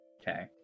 Okay